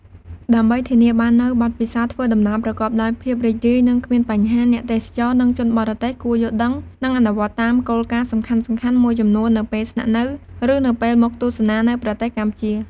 ដើម្បីធានាបាននូវបទពិសោធន៍ធ្វើដំណើរប្រកបដោយភាពរីករាយ និងគ្មានបញ្ហា អ្នកទេសចរ និងជនបរទេសគួរយល់ដឹង និងអនុវត្តតាមគោលការណ៍សំខាន់ៗមួយចំនួននៅពេលស្នាក់នៅ ឬនៅពេលមកទស្សនានៅប្រទេសកម្ពុជា។